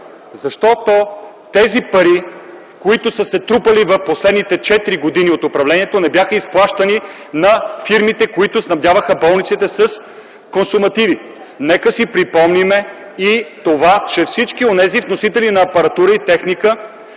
Защото парите, които са се трупали през последните четири години на управлението, не бяха изплащани на фирмите, снабдяващи болниците с консумативи. Нека си припомним, че всички вносители на апаратура и техника